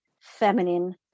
feminine